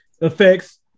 Affects